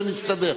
זה נסתדר.